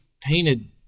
painted